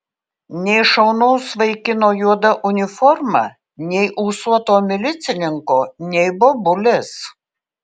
nei šaunaus vaikino juoda uniforma nei ūsuoto milicininko nei bobulės